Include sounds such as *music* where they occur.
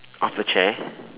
off the chair *breath*